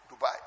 Dubai